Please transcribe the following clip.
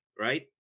right